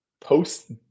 post